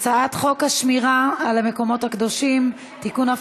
הצעת חוק השמירה על המקומות הקדושים (תיקון,